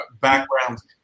backgrounds